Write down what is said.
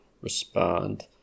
respond